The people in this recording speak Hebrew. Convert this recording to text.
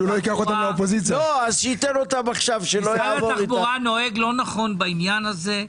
משרד התחבורה נוהג לא נכון בעניין הזה.